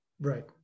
Right